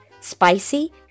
Spicy